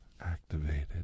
activated